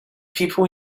people